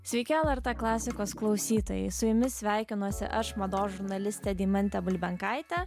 sveiki lrt klasikos klausytojai su jumis sveikinuosi aš mados žurnalistė deimantė bulbenkaitė